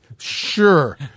Sure